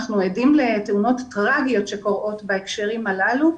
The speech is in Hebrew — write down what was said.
אנחנו עדים לתאונות טרגיות שקורות בהקשרים הללו.